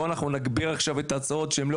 בואו אנחנו נגביר עכשיו את ההצעות שהן לא